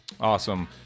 Awesome